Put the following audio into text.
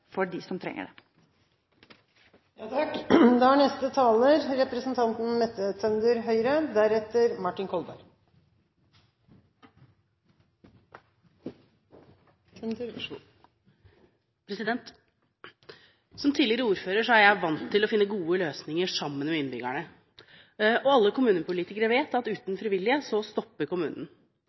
for dem som trenger det. Som tidligere ordfører er jeg vant til å finne gode løsninger sammen med innbyggerne. Og alle kommunepolitikere vet at uten frivillige stopper kommunen.